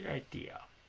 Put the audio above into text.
idea!